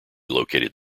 located